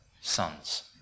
sons